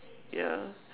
yeah